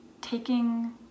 taking